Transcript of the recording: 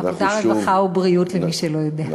עבודה, רווחה ובריאות, למי שלא יודע.